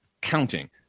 counting